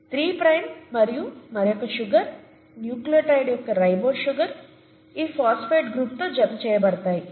three prime మరియు మరొక sugar nucleotide యొక్క రైబోస్ షుగర్ ఈ ఫాస్ఫేట్ గ్రూప్తో జత చేయబడతాయి